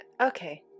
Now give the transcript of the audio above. Okay